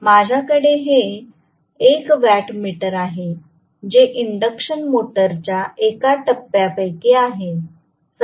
तर माझ्याकडे हे 1 वॅटमीटर आहे जे इंडक्शन मोटरच्या एका टप्प्यापैकी आहे